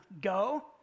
go